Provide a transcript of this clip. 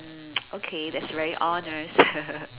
mm okay that's very honest